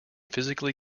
physically